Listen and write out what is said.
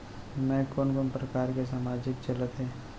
मैं कोन कोन प्रकार के सामाजिक चलत हे?